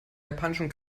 japanischen